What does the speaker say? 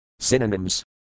Synonyms